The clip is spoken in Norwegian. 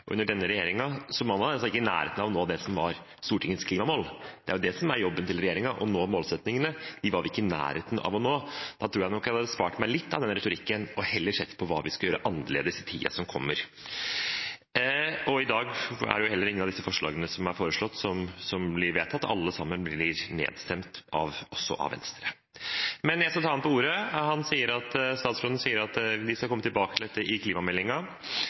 og under denne regjeringen, er man altså ikke i nærheten av å nå det som var Stortingets klimamål. Det er det som er jobben til regjeringen: å nå målsettingene. Dem var vi ikke i nærheten av å nå. Da tror jeg nok jeg hadde spart meg litt av den retorikken og heller sett på hva vi skal gjøre annerledes i tiden som kommer. I dag er det heller ingen av disse forslagene som er fremmet, som blir vedtatt – alle sammen blir nedstemt, også av Venstre. Men jeg skal ta statsråden på ordet. Han sier at vi skal komme tilbake til dette i